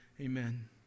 Amen